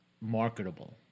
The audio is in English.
marketable